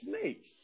snakes